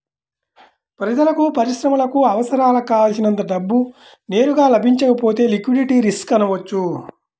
ప్రజలకు, పరిశ్రమలకు అవసరాలకు కావల్సినంత డబ్బు నేరుగా లభించకపోతే లిక్విడిటీ రిస్క్ అనవచ్చు